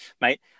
Mate